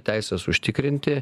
teises užtikrinti